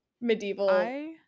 medieval